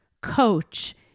coach